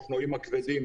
תאונות.